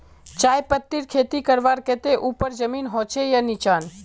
चाय पत्तीर खेती करवार केते ऊपर जमीन होचे या निचान?